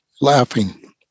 laughing